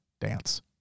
dance